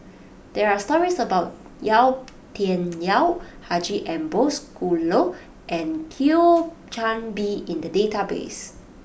there are stories about Yau Tian Yau Haji Ambo Sooloh and Thio Chan Bee in the database